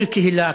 כל קהילה,